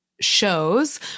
Shows